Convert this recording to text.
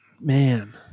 man